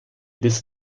des